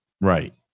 Right